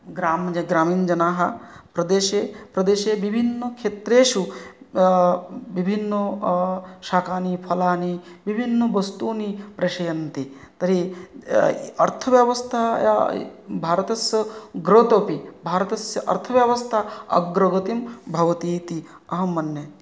ग्राम् ग्रामीणजनाः प्रदेशे प्रदेशे विभिन्नक्षेत्रेषु विभिन्न शाकानि फलानि विभिन्नवस्तूनि प्रेषयन्ति तर्हि अर्थव्यवस्थायाः भारतस्य ग्रोत् अपि भारतस्य अर्थव्यवस्था अग्रवर्ति भवतीति अहं मन्ये